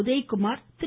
Udhayakumar Thiru